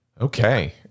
okay